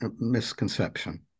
misconception